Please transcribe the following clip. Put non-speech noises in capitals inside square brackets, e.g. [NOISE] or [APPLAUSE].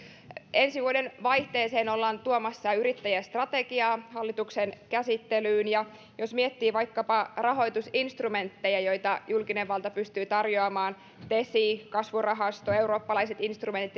ensi vuoden vaihteeseen ollaan tuomassa yrittäjästrategiaa hallituksen käsittelyyn ja jos miettii vaikkapa rahoitusinstrumentteja joita julkinen valta pystyy tarjoamaan tesi kasvurahasto eurooppalaiset instrumentit [UNINTELLIGIBLE]